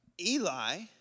Eli